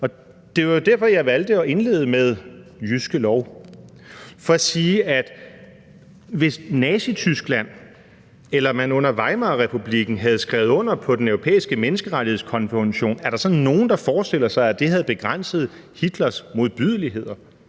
Det var jo derfor, jeg valgte at indlede med Jyske Lov, altså for at spørge, om der, hvis Nazityskland eller man under Weimarrepublikken havde skrevet under på den europæiske menneskerettighedskonvention, så var nogen, der havde forestillet sig, at det havde begrænset Hitlers modbydeligheder.